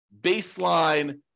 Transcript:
baseline